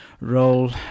role